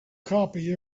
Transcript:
copy